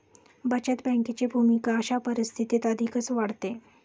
बचत बँकेची भूमिका अशा परिस्थितीत अधिकच वाढते